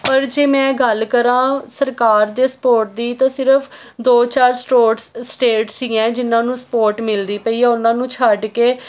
ਪਰ ਜੇ ਮੈਂ ਗੱਲ ਕਰਾਂ ਸਰਕਾਰ ਦੇ ਸਪੋਰਟ ਦੀ ਤਾਂ ਸਿਰਫ ਦੋ ਚਾਰ ਸਟੋਰ ਸਟੇਟ ਸੀ ਜਿਨਾਂ ਨੂੰ ਸਪੋਰਟ ਮਿਲਦੀ ਪਈ ਹ ਉਹਨਾਂ ਨੂੰ ਛੱਡ ਕੇ